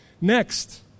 Next